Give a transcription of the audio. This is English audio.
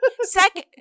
second